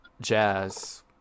Jazz